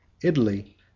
Italy